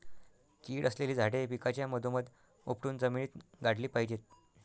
कीड असलेली झाडे पिकाच्या मधोमध उपटून जमिनीत गाडली पाहिजेत